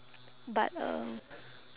but uh